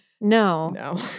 No